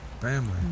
Family